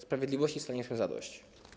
Sprawiedliwości stanie się zadość.